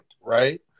right